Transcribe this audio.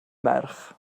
merch